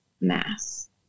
mass